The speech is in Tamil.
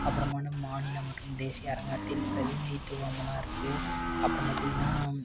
அப்புறம் வந்து மாநிலம் மற்றும் தேசிய அரங்கத்தில் பிரதிநிதித்துவமெல்லாம் இருக்குது அப்புறம் பார்த்தீங்கன்னா